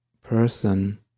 person